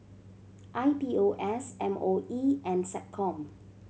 I P O S M O E and SecCom